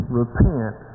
repent